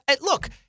Look